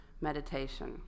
meditation